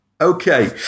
Okay